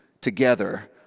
together